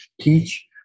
teach